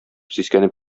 сискәнеп